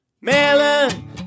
Melon